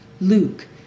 Luke